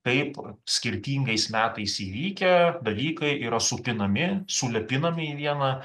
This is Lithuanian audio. taip skirtingais metais įvykę dalykai yra supinami sulipinami į vieną